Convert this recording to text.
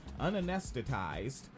unanesthetized